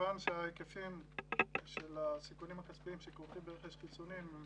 ומכיוון שההיקפים של הסיכונים הכספיים שכרוכים ברכש חיסונים הם